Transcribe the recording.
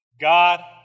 God